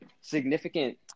significant